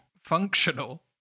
functional